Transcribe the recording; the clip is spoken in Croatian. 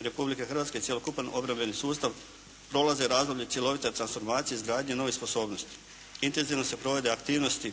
Republike Hrvatske, cjelokupan obrambeni sustav prolazi razdoblje cjelovite transformacije i izgradnje nove sposobnosti. Intenzivno se provode aktivnosti